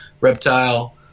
Reptile